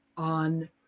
on